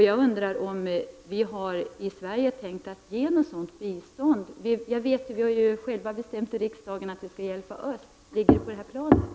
Jag undrar om vi i Sverige tänkt ge något sådant bistånd. Vi har bestämt oss för att vi skall hjälpa öst. Det här ligger på samma plan.